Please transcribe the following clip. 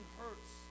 hurts